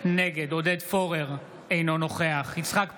נגד עודד פורר, אינו נוכח יצחק פינדרוס,